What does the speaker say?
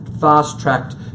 fast-tracked